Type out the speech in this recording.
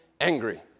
angry